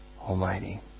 Almighty